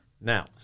Now